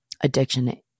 addiction